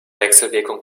wechselwirkung